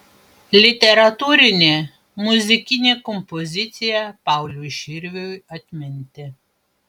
literatūrinė muzikinė kompozicija pauliui širviui atminti